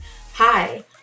Hi